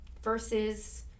Versus